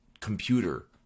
computer